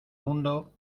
mundo